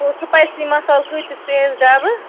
ہُہ سُپایسی مصالہٕ کۭتِس پے اَسہِ ڈَبہٕ